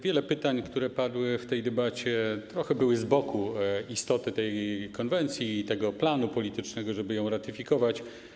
Wiele pytań, które padły w tej debacie, trochę było z boku istoty tej konwencji i planu politycznego, żeby ją ratyfikować.